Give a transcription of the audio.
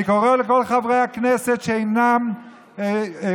אני קורא לכל חברי הכנסת שאינם רוצים